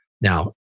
Now